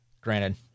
Granted